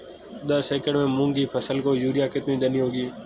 दस एकड़ में मूंग की फसल को यूरिया कितनी देनी होगी?